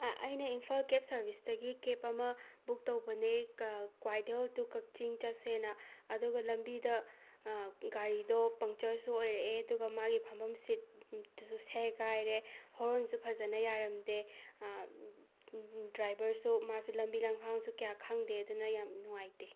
ꯑꯩꯅ ꯏꯝꯐꯥꯜ ꯀꯦꯞ ꯁꯔꯕꯤꯁꯇꯒꯤ ꯀꯦꯞ ꯑꯃ ꯕꯨꯛ ꯇꯧꯕꯅꯦ ꯀ ꯀ꯭ꯋꯥꯏꯊꯦꯜ ꯇꯨ ꯀꯛꯆꯤꯡ ꯆꯠꯁꯦꯅ ꯑꯗꯨꯒ ꯂꯝꯕꯤꯗ ꯒꯥꯔꯤꯗꯨ ꯄꯡꯆꯔꯁꯨ ꯑꯣꯔꯛꯑꯦ ꯑꯗꯨꯒ ꯃꯥꯒꯤ ꯐꯝꯐꯝ ꯁꯤꯠ ꯇꯨꯁꯨ ꯁꯦꯒꯥꯏꯔꯦ ꯍꯣꯔꯣꯟꯁꯨ ꯐꯖꯅ ꯌꯥꯔꯝꯗꯦ ꯗ꯭ꯔꯥꯢꯕꯔꯁꯨ ꯃꯥꯁꯨ ꯂꯝꯕꯤ ꯂꯝꯈꯥꯡꯁꯨ ꯀꯌꯥ ꯈꯪꯗꯦ ꯑꯗꯨꯅ ꯌꯥꯝꯅ ꯅꯨꯡꯉꯥꯢꯇꯦ